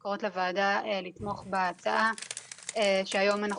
אנחנו קוראות לוועדה לתמוך בהצעה שהיום אנחנו